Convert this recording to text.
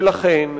ולכן,